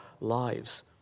lives